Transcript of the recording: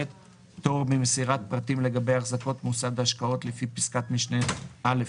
פטור ממסירת פרטים לגבי החזקות מוסד השקעות לפי פסקת משנה (א)